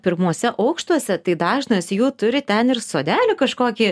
pirmuose aukštuose tai dažnas jų turi ten ir sodelį kažkokį